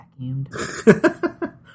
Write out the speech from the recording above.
vacuumed